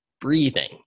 breathing